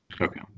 okay